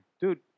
Dude